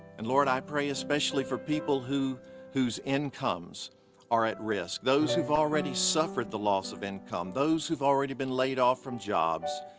and lord, i pray especially for people whose incomes are at risk, those who've already suffered the loss of income, those who've already been laid off from jobs,